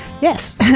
Yes